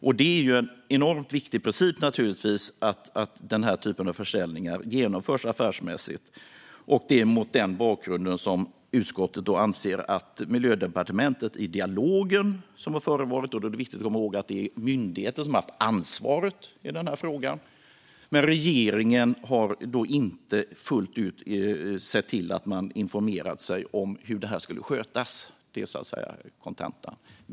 Det är naturligtvis en enormt viktig princip att denna typ av försäljningar genomförs affärsmässigt. Det är viktigt att komma ihåg att det är myndigheten som har haft ansvaret för denna fråga men att regeringen inte fullt ut sett till att informera sig om hur detta skulle skötas. Det är kontentan.